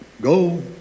go